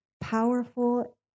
powerful